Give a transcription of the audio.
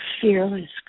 fearless